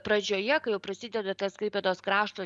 pradžioje kai jau prasideda tas klaipėdos krašto